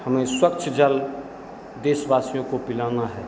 हमें स्वच्छ जल देशवासियों को पिलाना है